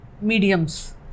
mediums